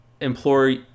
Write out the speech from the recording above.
implore